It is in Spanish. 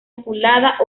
azulada